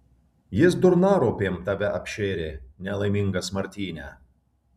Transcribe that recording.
jis durnaropėm tave apšėrė nelaimingas martyne